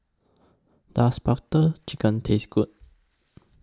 Does Butter Chicken Taste Good